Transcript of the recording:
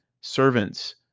servants